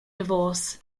divorce